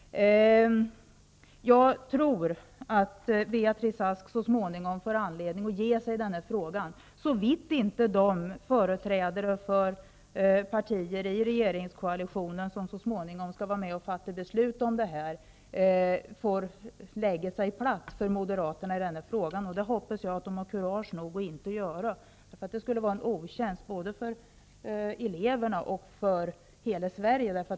Jag tror att Beatrice Ask så småningom får anledning att ge sig i den här frågan, såvitt inte de företrädare för partier i regeringskoalitionen som sedan skall fatta beslut om detta får lägga sig platt för moderaterna. Jag hoppas att de har kurage nog att inte göra det, då det vore en otjänst både mot eleverna och mot hela Sverige.